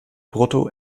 brutto